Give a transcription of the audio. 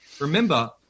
remember